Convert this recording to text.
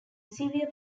severe